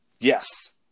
Yes